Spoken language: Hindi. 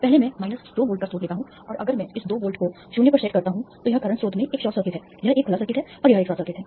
पहले मैं माइनस 2 वोल्ट का स्रोत लेता हूं और अगर मैं इस वोल्ट को 0 पर सेट करता हूं तो यह करंट स्रोत में एक शॉर्ट सर्किट है यह एक खुला सर्किट है और यह एक शॉर्ट सर्किट है